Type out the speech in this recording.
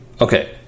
Okay